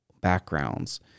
backgrounds